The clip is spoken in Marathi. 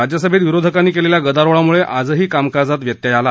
राज्यसभेत विरोधकांनी केलेल्या गदारोळामुळे आजही कामकाजात व्यत्यय आला